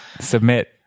Submit